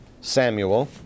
Samuel